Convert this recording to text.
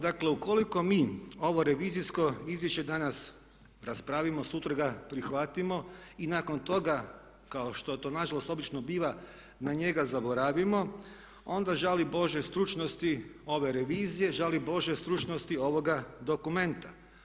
Dakle, ukoliko mi ovo revizijsko izvješće danas raspravimo sutra ga prihvatimo i nakon toga kao što to na žalost obično biva na njega zaboravimo onda žali bože stručnosti ove revizije, žali bože stručnosti ovoga dokumenta.